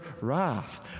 wrath